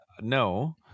no